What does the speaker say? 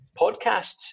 podcasts